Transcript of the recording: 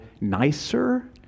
nicer